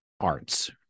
arts